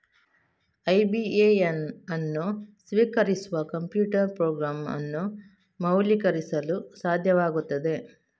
IBAN ಅನ್ನು ಸ್ವೀಕರಿಸುವ computer program ಅನ್ನು ಮೌಲ್ಯೀಕರಿಸಲು ಸಾಧ್ಯವಾಗುತ್ತದೆ